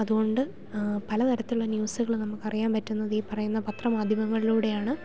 അതുകൊണ്ട് പലതരത്തിലുള്ള ന്യൂസുകൾ നമുക്ക് അറിയാൻ പറ്റുന്നത് ഈ പറയുന്ന പത്രമാധ്യമങ്ങളിലൂടെയാണ്